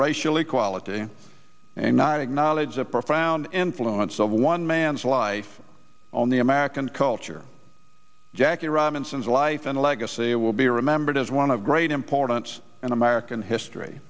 racial equality and not acknowledge a profound influence of one man's life on the american culture jackie robinson's life and legacy will be remembered as one of great importance in american history